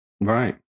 Right